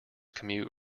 commute